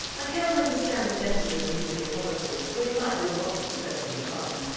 i cannot understand the message of the nuclear holocaust when it might be a muslim pressing the button,